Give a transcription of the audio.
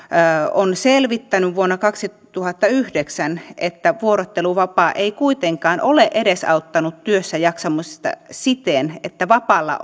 on selvittänyt vuonna kaksituhattayhdeksän myös että vuorotteluvapaa ei kuitenkaan ole edesauttanut työssäjaksamista siten että vapaalla